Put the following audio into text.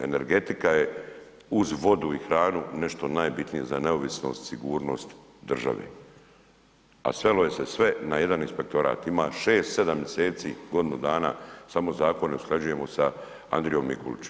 Energetika je uz vodu i hranu nešto najbitnije za neovisnost, sigurnost države, a svelo je se sve na jedan inspektorat, ima 6-7 miseci, godinu dana samo zakone usklađujemo sa Andrijom Mikulićem.